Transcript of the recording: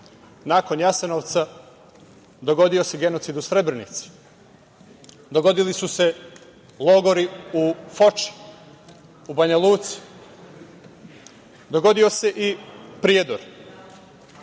nakon Jasenovca, dogodio se genocid u Srebrenici. Dogodili su se logori u Foči, u Banja Luci. Dogodio se i Prijedor. Jedan